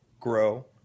grow